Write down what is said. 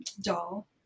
doll